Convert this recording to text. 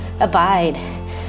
abide